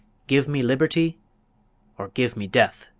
give me liberty or give me death!